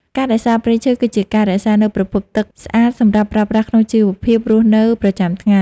ការរក្សាព្រៃឈើ គឺជាការរក្សានូវប្រភពទឹកស្អាតសម្រាប់ប្រើប្រាស់ក្នុងជីវភាពរស់នៅប្រចាំថ្ងៃ។